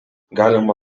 galima